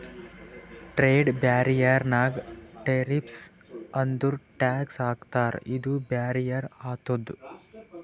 trade barrier ನಾಗ್ tariffs ಅಂದುರ್ tax ಹಾಕ್ತಾರ ಇದು ಬ್ಯಾರಿಯರ್ ಆತುದ್